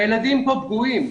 הילדים פה פגועים.